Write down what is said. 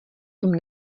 tom